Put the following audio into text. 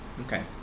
Okay